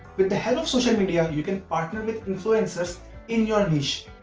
with the help of social media, you can partner with influencers in your niche.